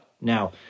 now